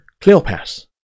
Cleopas